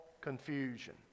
confusion